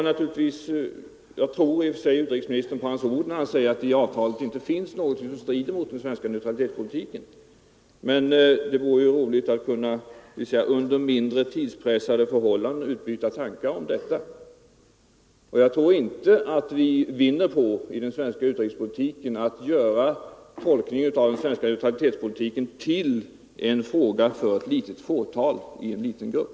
Jag tror i och för sig utrikesministern på hans ord, när han säger att det i avtalet inte finns någonting som strider mot den svenska neutralitetspolitiken. Men det vore bra att under mindre tidspressade förhållanden kunna utbyta tankar om detta. Jag tror inte att vi i vår utrikespolitik vinner på att göra tolkningar av den svenska neutralitetspolitiken till en fråga för ett litet fåtal och en liten grupp.